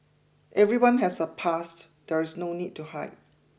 everyone has a past there is no need to hide